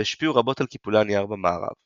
והשפיעו רבות על קיפולי הנייר במערב.